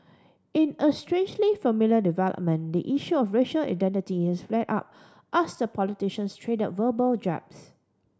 in a strangely familiar development the issue of racial identity has flared up as the politicians trade verbal jabs